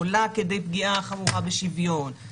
עולה כדי פגיעה חמורה בשוויון,